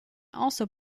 also